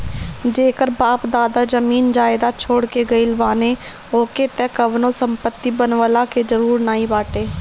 जेकर बाप दादा जमीन जायदाद छोड़ के गईल बाने ओके त कवनो संपत्ति बनवला के जरुरत नाइ बाटे